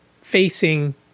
facing